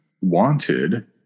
wanted